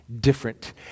different